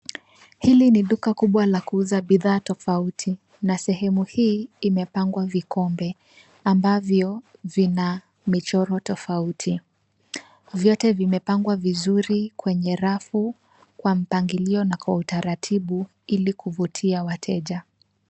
Hili ni duka kubwa la kuuza bidhaa tofauti na sehemu hii imepangwa vikombe ambavyo vina michoro tofauti. Vyote vimepangwa vizuri kwenye rafu kwa mpangilio na kwa utaratibu ili kuvutia wateja.